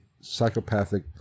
psychopathic